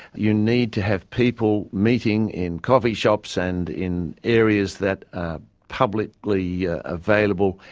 you need to have people meeting in coffee shops and in areas that are publicly available,